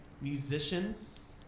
musicians